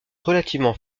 relativement